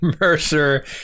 Mercer